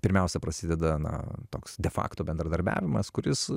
pirmiausia prasideda na toks defakto bendradarbiavimas kuris